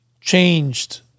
changed